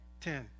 Ten